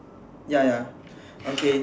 ya ya okay